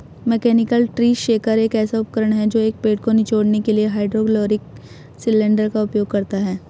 mechanical tree shaker एक ऐसा उपकरण है जो एक पेड़ को निचोड़ने के लिए हाइड्रोलिक सिलेंडर का उपयोग करता है